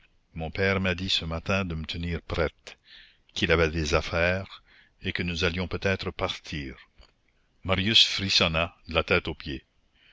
mon père m'a dit ce matin de me tenir prête qu'il avait des affaires et que nous allions peut-être partir marius frissonna de la tête aux pieds